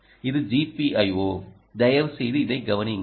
இது gpio தயவுசெய்து இதைக் கவனியுங்கள்